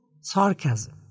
sarcasm